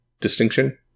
distinction